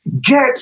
get